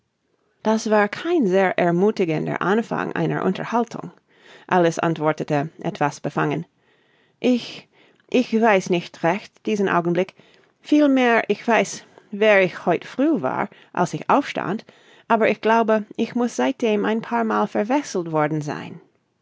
das war kein sehr ermuthigender anfang einer unterhaltung alice antwortete etwas befangen ich ich weiß nicht recht diesen augenblick vielmehr ich weiß wer ich heut früh war als ich aufstand aber ich glaube ich muß seitdem ein paar mal verwechselt worden sein